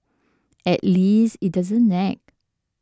at least it doesn't nag